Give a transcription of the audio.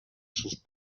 sus